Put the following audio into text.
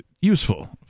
useful